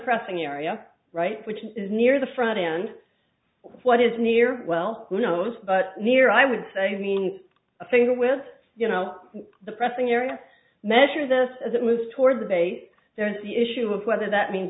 pressing area right which is near the front in what is near well who knows but near i would say means a finger with you know the pressing area measure this as it moves toward the base there is the issue of whether that means